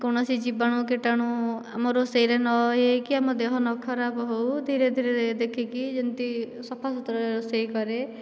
କୌଣସି ଜୀବାଣୁ କୀଟାଣୁ ଆମ ରୋଷେଇରେ ନ ଇଏ ହୋଇକି ଆମ ଦେହ ନ ଖରାପ ହେଉ ଧୀରେ ଧୀରେ ଦେଖିକି ଯେମିତି ସଫାସୁତୁରାରେ ରୋଷେଇ କରେ